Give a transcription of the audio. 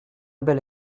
belle